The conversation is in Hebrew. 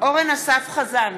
אורן אסף חזן,